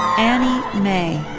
annie mei.